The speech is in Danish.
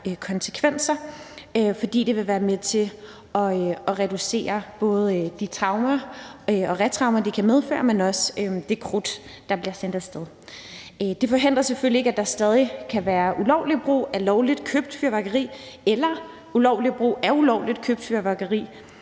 det vil være med til at reducere både de traumer og retraumer, det kan medføre, men også det krudt, der bliver fyret af. Det forhindrer selvfølgelig ikke, at der stadig kan være ulovlig brug af lovligt købt fyrværkeri eller ulovlig brug af ulovligt købt fyrværkeri,